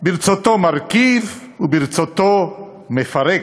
ברצותו מרכיב וברצותו מפרק.